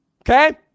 Okay